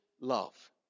love